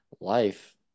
life